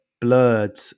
blurred